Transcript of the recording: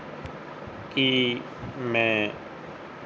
ਕੀ ਮੈਂ